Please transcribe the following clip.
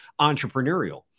entrepreneurial